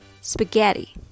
spaghetti